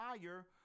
higher